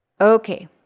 Okay